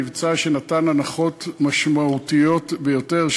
מבצע שנתן לרוכשים הנחות משמעותיות ביותר,